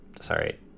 sorry